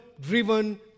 driven